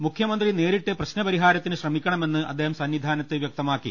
മുഖ്യമന്ത്രി നേരിട്ട് പ്രശ്ന പരിഹാരത്തിന് ശ്രമി ക്കണമെന്ന് അദ്ദേഹം സന്നിധാനത്ത് വ്യക്തമാക്കി